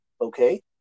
okay